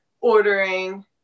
ordering